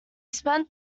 spent